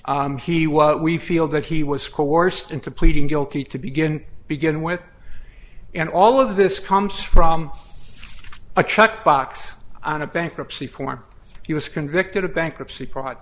what we feel that he was coursed into pleading guilty to begin begin with and all of this comes from a check box on a bankruptcy form he was convicted of bankruptcy provide